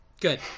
Good